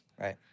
Right